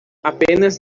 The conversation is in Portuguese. apenas